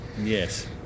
Yes